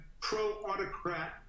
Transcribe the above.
pro-autocrat